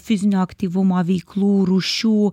fizinio aktyvumo veiklų rūšių